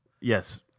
Yes